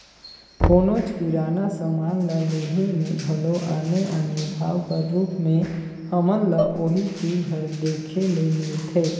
कोनोच किराना समान ल लेहे में घलो आने आने भाव कर रूप में हमन ल ओही चीज हर देखे ले मिलथे